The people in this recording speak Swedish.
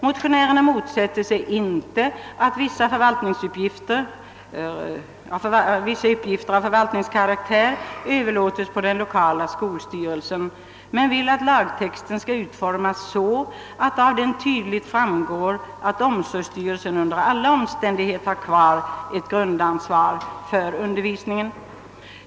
Motionärerna motsätter sig inte att vissa uppgifter av förvaltningskaraktär överlåts på den lokala skolstyrelsen men vill att lagtexten skall utformas så att det av den tydligt framgår att omsorgsstyrelsen under alla omständigheter har kvar ett grundläggande ansvar för undervisningen.